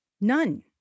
None